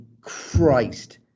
Christ